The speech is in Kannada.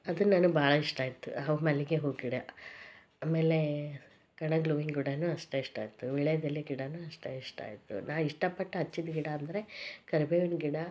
ಅದು ನನಗೆ ಭಾಳ ಇಷ್ಟವಾಯ್ತು ಹೂವು ಮಲ್ಲಿಗೆ ಹೂವು ಗಿಡ ಆಮೇಲೆ ಕಣಗಿಲೆ ಹೂವಿನ ಗಿಡಾನೂ ಅಷ್ಟೇ ಇಷ್ಟವಾಯ್ತು ವೀಳ್ಯದೆಲೆ ಗಿಡಾನೂ ಅಷ್ಟೇ ಇಷ್ಟವಾಯ್ತು ನಾ ಇಷ್ಟಪಟ್ಟು ಹಚ್ಚಿದ್ದ ಗಿಡ ಅಂದರೆ ಕರಿಬೇವಿನ ಗಿಡ